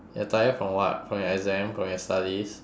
you're tired from what from your exam from your studies